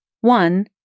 One